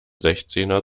sechzehner